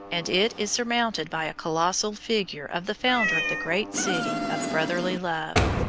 and it is surmounted by a colossal figure of the founder of the great city of brotherly love.